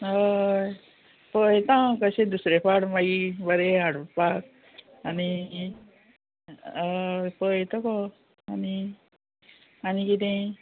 हय पळयता कशें दुसरें फाट मागी बरें हाडपाक आनी हय पळयता गो आनी आनी किदें